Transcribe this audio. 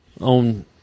own